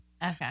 Okay